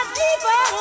deeper